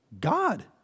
God